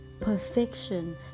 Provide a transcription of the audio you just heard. Perfection